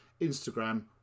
Instagram